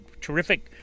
terrific